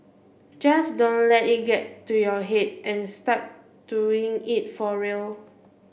just don't let it get to your head and start doing it for real